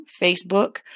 Facebook